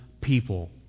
people